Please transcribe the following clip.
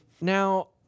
Now